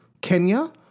kenya